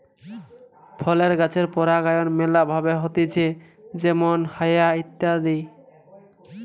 ফলের গাছের পরাগায়ন ম্যালা ভাবে হতিছে যেমল হায়া দিয়ে ইত্যাদি